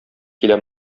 килә